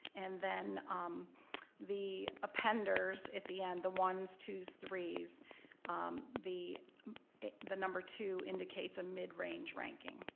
and then um the appenders, at the end, the ones, twos, three, so the the number two indicates a mid-range ranking,